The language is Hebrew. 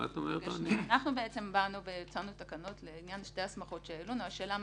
יצרנו תקנות לעניין שתי ההסמכות שהעלינו: השאלה,